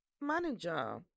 manager